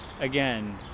Again